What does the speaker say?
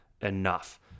enough